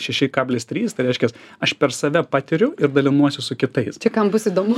šeši kablis trys tai reškias aš per save patiriu ir dalinuosi su kitais kam bus įdomu